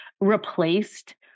replaced